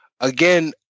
Again